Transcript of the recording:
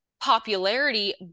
popularity